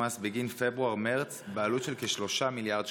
מס בגין פברואר-מרץ בעלות של כ-3 מיליארד שקלים.